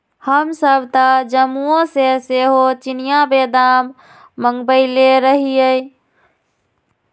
हमसभ तऽ जम्मूओ से सेहो चिनियाँ बेदाम मँगवएले रहीयइ